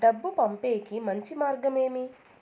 డబ్బు పంపేకి మంచి మార్గం ఏమి